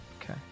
okay